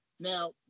Now